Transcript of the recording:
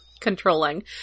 controlling